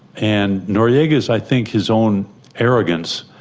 and noriega's, i think his own arrogance,